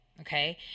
Okay